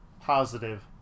positive